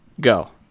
go